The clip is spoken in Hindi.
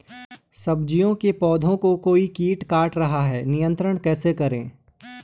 सब्जियों के पौधें को कोई कीट काट रहा है नियंत्रण कैसे करें?